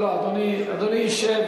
אדוני ישב,